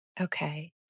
Okay